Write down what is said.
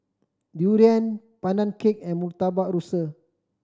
durian Pandan Cake and Murtabak Rusa